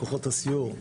כוחות הסיור,